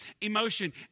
emotion